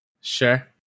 Sure